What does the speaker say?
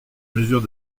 mesures